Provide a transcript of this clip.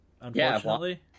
unfortunately